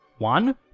One